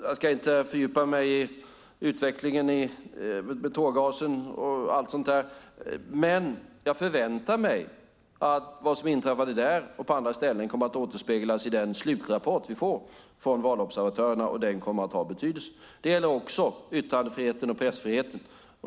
Jag ska inte fördjupa mig i utvecklingen när det gäller tårgasen och allt sådant där, men jag förväntar mig att vad som inträffade där och på andra ställen kommer att återspeglas i den slutrapport vi får från valobservatörerna. Den kommer att ha betydelse. Det gäller också yttrandefriheten och pressfriheten.